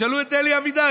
תשאלו את אלי אבידר.